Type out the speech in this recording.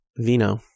vino